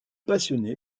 passionné